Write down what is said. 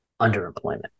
underemployment